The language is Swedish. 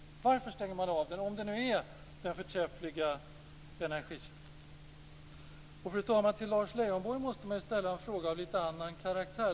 Varför stänger man av den, om den nu är en så förträfflig energikälla? Fru talman! Till Lars Leijonborg måste man ställa en fråga av litet annan karaktär.